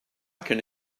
can